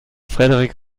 frederik